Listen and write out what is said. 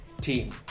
team